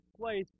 place